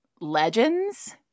legends